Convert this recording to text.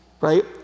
Right